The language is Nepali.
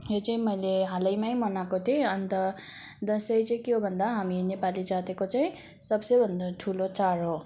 यो चाहिँ मैले हालैमै मनाएको थिएँ अन्त दसैँ चाहिँ के हो भन्दा हामी नेपाली जातिको चाहिँ सबसे भन्दा ठुलो चाड हो